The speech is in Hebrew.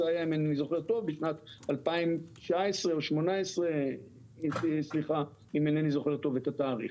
זה היה בשנת 2019 או 2018 אם אינני זוכר טוב את התאריך.